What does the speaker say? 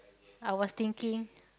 I was thinking